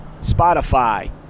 Spotify